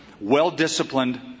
well-disciplined